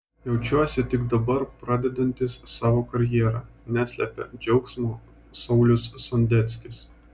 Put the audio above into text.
jaučiuosi tik dabar pradedantis savo karjerą neslepia džiaugsmo saulius sondeckis